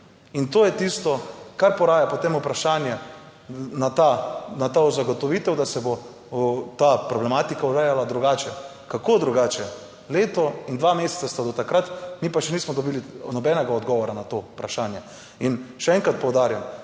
In to je tisto, kar poraja potem vprašanje na ta, na to zagotovitev, da se bo ta problematika urejala drugače - kako drugače? Leto in dva meseca sta do takrat, mi pa še nismo dobili nobenega odgovora na to vprašanje. In še enkrat poudarjam,